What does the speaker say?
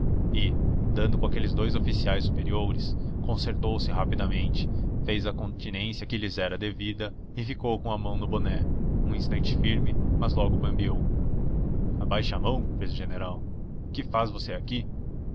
e dando com aqueles dous oficiais superiores concertou se rapidamente fez a continência que lhes era devida e ficou com a mão no boné um instante firme mas logo bambeou abaixe a mão fez o general que faz você aqui